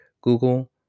Google